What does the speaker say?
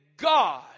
God